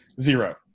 zero